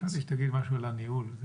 חשבתי שתגיד משהו על הניהול...